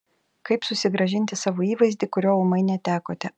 kaip susigrąžinti savo įvaizdį kurio ūmai netekote